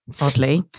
oddly